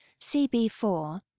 CB4